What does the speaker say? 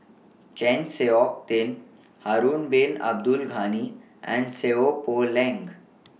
Chng Seok Tin Harun Bin Abdul Ghani and Seow Poh Leng